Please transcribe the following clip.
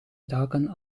braken